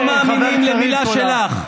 לא מאמינים למילה שלך.